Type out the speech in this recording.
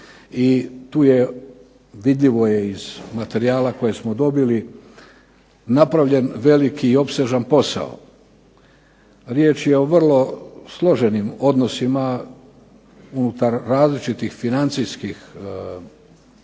i tu je, vidljivo je iz materijala koje smo dobili, napravljen velik i opsežan posao. Riječ je o vrlo složenim odnosima unutar različitih financijskih institucija